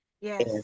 yes